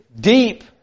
deep